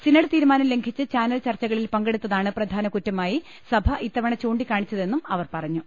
synod തീരുമാനം ലംഘിച്ച് channel ചർച്ചകളിൽ പങ്കെടുത്താണ് പ്രധാന കുറ്റമായി സഭ ഇത്തവണ ചൂണ്ടിക്കാണിച്ചതെന്നും അവർ പറഞ്ഞു